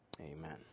Amen